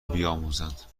بیاموزند